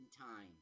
time